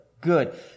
Good